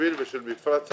השביל ושל מפרץ אמנון,